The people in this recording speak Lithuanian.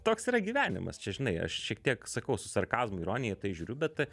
toks yra gyvenimas čia žinai aš šiek tiek sakau su sarkazmu ironija į tai žiūriu bet